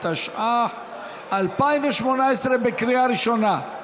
התשע"ח 2018, לקריאה הראשונה.